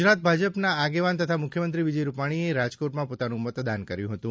ગુજરાત ભાજપના આગેવાન તથા મુખ્યમંત્રી વિજય રૂપાણીએ રાજકોટમાં પોતાનું મતદાન કર્યું હતું